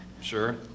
Sure